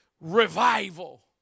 revival